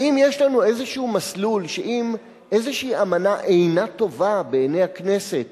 האם יש לנו איזה מסלול שאם איזו אמנה אינה טובה בעיני הכנסת